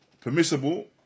permissible